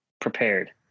Prepared